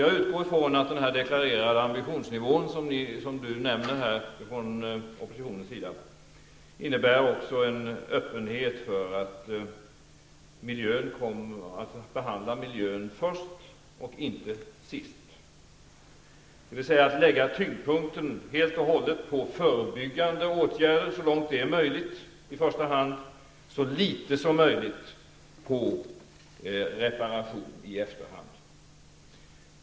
Jag utgår från att den deklarerade ambitionsnivån från oppositionens sida, som Göran Persson här nämnde, också innebär en öppenhet för att behandla miljön först, inte sist, dvs. att lägga tyngdpunkten helt och hållet på förebyggande åtgärder så långt det är möjligt och så litet som möjligt på reparation i efterhand.